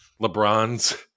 LeBron's